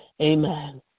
amen